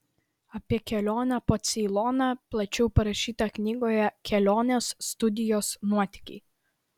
apie kelionę po ceiloną plačiau parašyta knygoje kelionės studijos nuotykiai